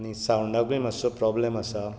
आनी सांवडाकुय मातसो प्रॉब्लम आसा